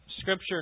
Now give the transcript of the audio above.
Scripture